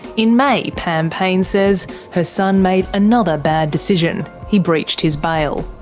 in may pam payne says her son made another bad decision he breached his bail.